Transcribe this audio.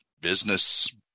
business